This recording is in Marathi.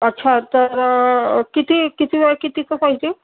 अच्छा तर किती किती बाय कितीचा पाहिजे